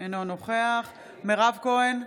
אינו נוכח מירב כהן,